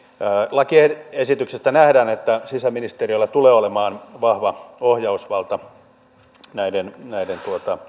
lakiesityksestä nähdään että sisäministeriöllä tulee olemaan vahva ohjausvalta näiden näiden